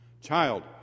Child